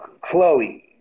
Chloe